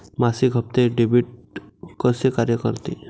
मासिक हप्ते, डेबिट कसे कार्य करते